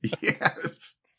Yes